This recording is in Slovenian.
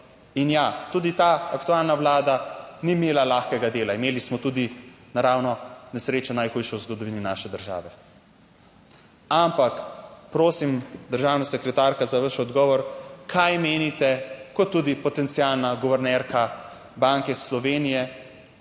in ja, tudi ta aktualna Vlada ni imela lahkega dela, imeli smo tudi naravno nesrečo, najhujšo v zgodovini naše države. Ampak prosim, državna sekretarka, za vaš odgovor, kaj menite kot tudi potencialna guvernerka Banke Slovenije